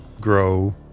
grow